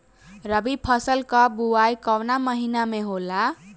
रबी फसल क बुवाई कवना महीना में होला?